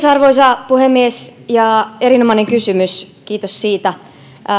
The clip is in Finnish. arvoisa puhemies erinomainen kysymys kiitos siitä